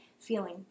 feeling